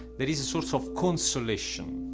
there is a source of consolation,